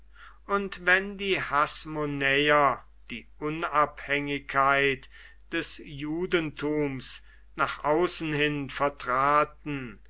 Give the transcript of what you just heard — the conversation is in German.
und wenn die hasmonäer die unabhängigkeit des judentums nach außen hin vertraten